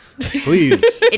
Please